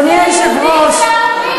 אדוני היושב-ראש,